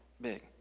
big